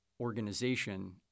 organization